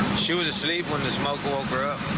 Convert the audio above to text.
she was asleep when the smoke woke her up.